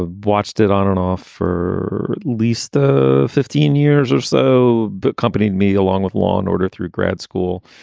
ah watched it on and off for at least the fifteen years or so. but company me along with law and order through grad school,